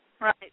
right